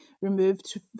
removed